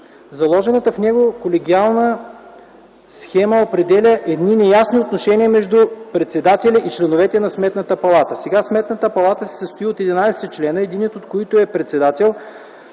Заложената в него колегиална система определя едни неясни отношения между председателя и членовете на Сметната палата. Сега Сметната палата се състои от 11 члена, единият от които е председател.